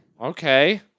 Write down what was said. Okay